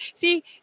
See